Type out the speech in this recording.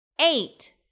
Eight